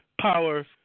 power